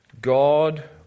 God